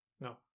No